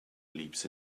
leaps